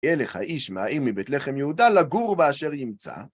אלך האיש מהאים מבית לחם יהודה לגור באשר ימצא.